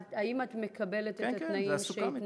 האם את מקבלת את התנאים, כן, כן, זה סוכם אתה.